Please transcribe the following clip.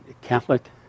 Catholic